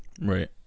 Right